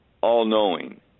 all-knowing